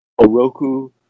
oroku